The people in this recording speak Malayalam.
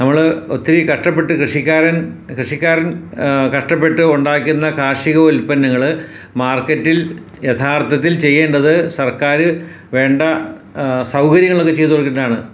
നമ്മൾ ഒത്തിരി കഷ്ടപ്പെട്ട് കൃഷിക്കാരൻ കൃഷിക്കാരൻ കഷ്ടപ്പെട്ട് ഉണ്ടാക്കുന്ന കാർഷിക ഉൽപ്പന്നങ്ങൾ മാർക്കറ്റിൽ യഥാർഥത്തിൽ ചെയ്യേണ്ടത് സർക്കാർ വേണ്ട സൗകര്യങ്ങളക്കെ ചെയ്ത് കൊടുക്കേണ്ടതാണ്